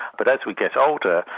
but as we get older,